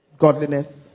godliness